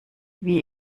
wie